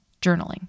journaling